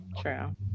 True